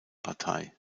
partei